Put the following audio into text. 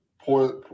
poor